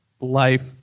life